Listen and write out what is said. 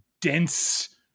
dense